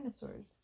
dinosaurs